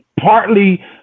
Partly